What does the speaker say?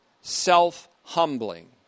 self-humbling